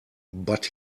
but